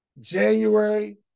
January